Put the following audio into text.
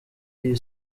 iyi